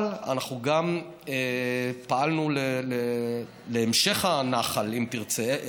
אבל אנחנו גם פעלנו בהמשך הנחל, אם תרצה: